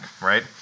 right